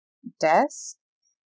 desk